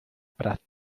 prat